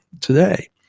today